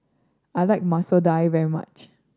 I like Masoor Dal very much